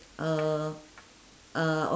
uh uh